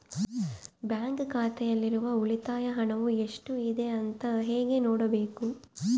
Bank ಖಾತೆಯಲ್ಲಿರುವ ಉಳಿತಾಯ ಹಣವು ಎಷ್ಟುಇದೆ ಅಂತ ಹೇಗೆ ನೋಡಬೇಕು?